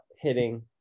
hitting